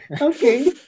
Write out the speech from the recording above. Okay